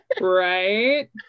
right